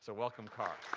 so welcome, carr.